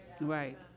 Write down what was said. Right